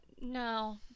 no